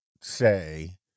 say